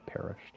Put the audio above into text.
perished